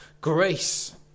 grace